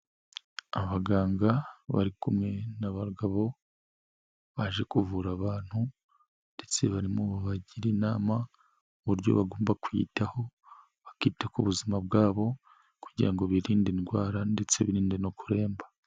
Abaganga bari kumwe n'abagabo, baje kuvura abantu ndetse barimo bagira inama uburyo bagomba kwiyitaho, bakita ku buzima bwabo kugira ngo birinde indwara ndetse biririnde no kuremba.